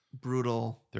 brutal